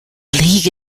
league